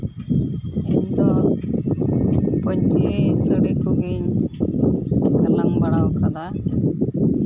ᱤᱧᱫᱚ ᱯᱟᱹᱧᱪᱤ ᱥᱟᱹᱲᱤ ᱠᱚᱜᱮᱧ ᱜᱟᱞᱟᱝ ᱵᱟᱲᱟᱣ ᱠᱟᱫᱟ